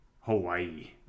Hawaii